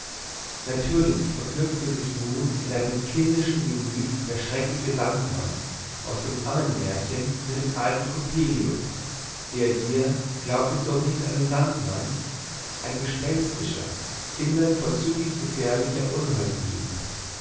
natürlich verknüpfte sich nun in deinem kindischen gemüt der schreckliche sandmann aus dem ammenmärchen mit dem alten coppelius der dir glaubtest du auch nicht an den sandmann ein gespenstischer kindern vorzüglich gefährlicher unhold blieb